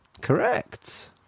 Correct